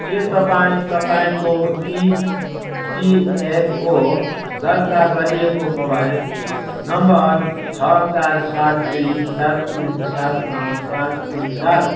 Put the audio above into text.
के तपाईँँ तपाईँँको इपिएफओ दर्ता गरिएको मोबाइल नम्बर छ चार सात दुई सात तिन सात नौ पाँच तिन सात